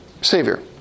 Savior